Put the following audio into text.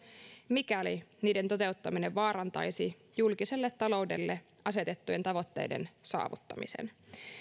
mikäli niiden toteuttaminen vaarantaisi julkiselle taloudelle asetettujen tavoitteiden saavuttamisen